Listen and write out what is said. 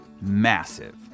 massive